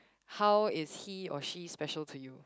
how is he or she special to you